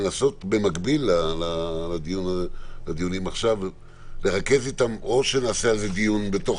לנסות במקביל לדיונים עכשיו לרכז איתם או שנעשה על זה דיון בתוך